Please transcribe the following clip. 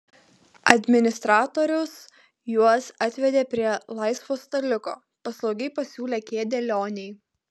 administratorius juos atvedė prie laisvo staliuko paslaugiai pasiūlė kėdę lionei